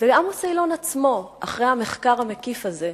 עמוס אילון עצמו, אחרי המחקר המקיף הזה,